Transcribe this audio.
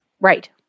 Right